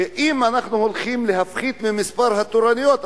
שאם אנחנו הולכים להפחית ממספר התורנויות,